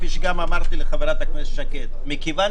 כפי שגם אמרתי לחברת הכנסת שקד - מכיוון